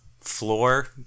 floor